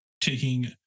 taking